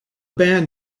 band